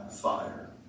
fire